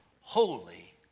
holy